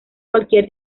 cualquier